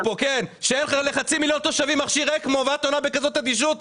שאין לחצי מיליון תושבים מכשיר אקמו ואת עונה בכזאת אדישות,